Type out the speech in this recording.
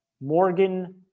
Morgan